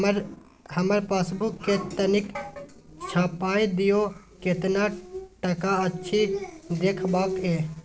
हमर पासबुक के तनिक छाय्प दियो, केतना टका अछि देखबाक ये?